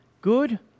good